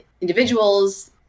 individuals